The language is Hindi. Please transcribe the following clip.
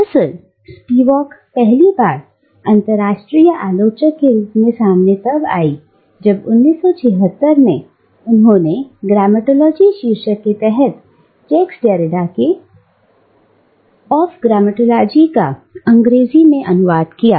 दरअसल स्पिवाक पहली बार अंतरराष्ट्रीय आलोचक के रूप में तब सामने आई जब 1976 में उन्होंने ऑफ ग्रामेटोलॉजी शीर्षक के तहत जैक्स डेरिडा के ऑफ ग्रामेटोलॉजी का अंग्रेजी अनुवाद प्रकाशित किया